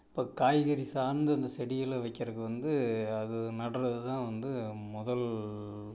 இப்போ காய்கறி சார்ந்த அந்த செடிகளை வைக்கிறக்கு வந்து அது நடுறது தான் வந்து முதல்